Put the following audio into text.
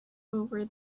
over